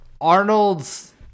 Arnold's